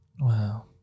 Wow